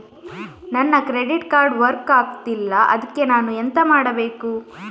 ನನ್ನ credit card work ಆಗ್ತಿಲ್ಲ ಅದ್ಕೆ ನಾನು ಎಂತ ಮಾಡಬೇಕು?